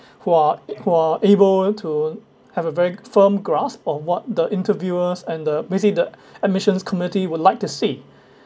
who are who are able to have a very firm grasp of what the interviewers and the basically the admissions committee would like to see